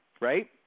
right